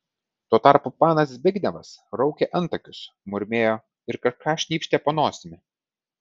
tuo tarpu panas zbignevas raukė antakius murmėjo ir kažką šnypštė po nosimi